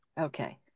Okay